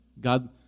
God